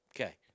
Okay